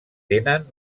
tenen